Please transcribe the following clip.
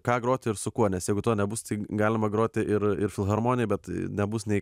ką groti ir su kuo nes jeigu to nebus galima groti ir ir filharmoniją bet nebus nei